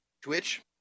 twitch